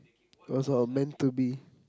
it was what meant to be